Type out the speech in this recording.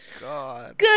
god